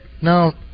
No